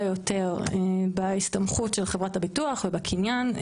יותר בהסתמכות של חברת הביטוח ובקניין.